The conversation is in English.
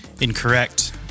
Incorrect